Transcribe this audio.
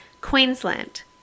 queensland